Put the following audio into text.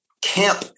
camp